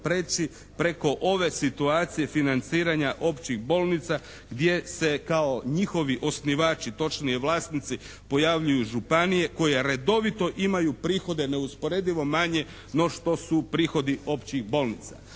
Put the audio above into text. preći preko ove situacije financiranja općih bolnica gdje se kao njihovi osnivači točnije vlasnici pojavljuju županije koje redovito imaju prihode neusporedivo manje no što su prihodi općih bolnica.